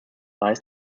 lies